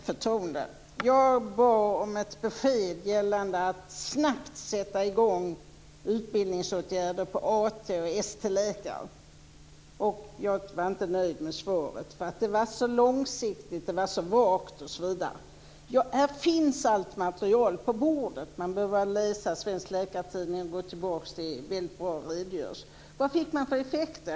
Herr talman! Jag har inte dåligt självförtroende. Jag bad om ett besked gällande ett snabbt igångsättande av utbildningsåtgärder för AT och ST-läkare. Jag var inte nöjd med svaret, för det var så långsiktigt och vagt. Allt material finns på bordet. Man behöver bara läsa Läkartidningen och gå tillbaks till en väldigt bra redogörelse. Vad fick man för effekter?